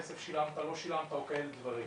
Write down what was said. שילמת כסף או לא שילמת או כאלה דברים.